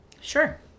Sure